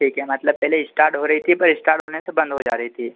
ठीक है मतलब पहले इस्टार्ट हो रही थी पर इस्टार्ट होने से बंद हो जा रही थी